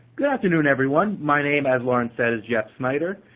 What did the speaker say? good afternoon, everyone. my name, as lauren said, is jeff snyder,